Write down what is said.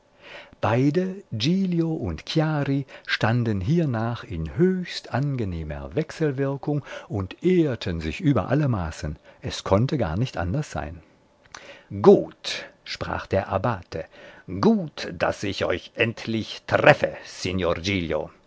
beide giglio und chiari standen hiernach in höchst angenehmer wechselwirkung und ehrten sich über alle maßen es konnte gar nicht anders sein gut sprach der abbate gut daß ich euch endlich treffe